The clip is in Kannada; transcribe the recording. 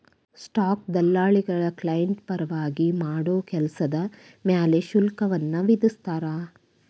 ಸ್ಟಾಕ್ ದಲ್ಲಾಳಿಗಳ ಕ್ಲೈಂಟ್ ಪರವಾಗಿ ಮಾಡೋ ಕೆಲ್ಸದ್ ಮ್ಯಾಲೆ ಶುಲ್ಕವನ್ನ ವಿಧಿಸ್ತಾರ